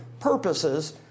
purposes